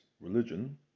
religion